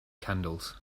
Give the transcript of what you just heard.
candles